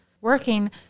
working